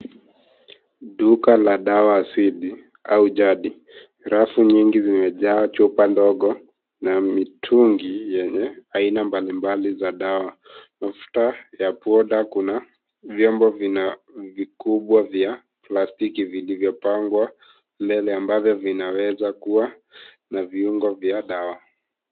Duka la dawa asilia au jadi. Rafu nyingi zimejaa chupa ndogo na mitungi yenye aina mbalimbali za dawa. Mafuta ya poda kuna vyombo vina vikubwa vya plastic vilivyopangwa mbele, ambazo vinaweza kuwa na viungo vya dawa.